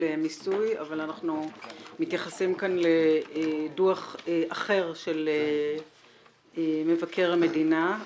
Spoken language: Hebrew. מיסוי אבל אנחנו מתייחסים כאן לדו"ח אחר של מבקר המדינה,